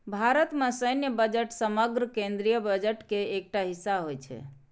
भारत मे सैन्य बजट समग्र केंद्रीय बजट के एकटा हिस्सा होइ छै